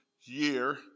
year